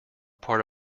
part